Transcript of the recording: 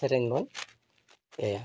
ᱥᱮᱨᱮᱧ ᱵᱚᱱ ᱤᱭᱟᱹᱭᱟ